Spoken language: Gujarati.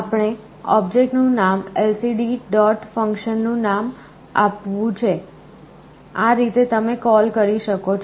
આપણે ઑબ્જેક્ટ નું નામ lcd ડોટ ફંક્શનનું નામ આપવું છે આ રીતે તમે કોલ કરો છો